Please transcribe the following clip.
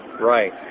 Right